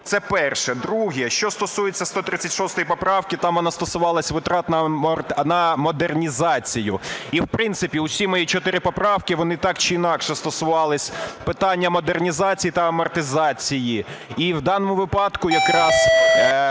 Це перше. Друге, що стосується 136 поправки, там вона стосувалася витрат на модернізацію. І, в принципі, всі мої чотири поправки вони так чи інакше стосувалися питання модернізації та амортизації. І в даному випадку якраз